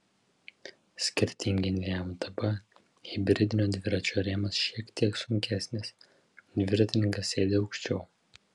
skirtingai nei mtb hibridinio dviračio rėmas šiek tiek sunkesnis dviratininkas sėdi aukščiau